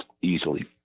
easily